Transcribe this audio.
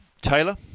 Taylor